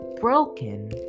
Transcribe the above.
broken